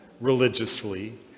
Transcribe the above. religiously